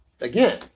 again